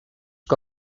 que